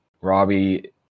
Robbie